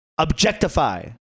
objectify